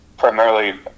Primarily